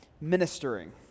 ministering